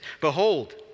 Behold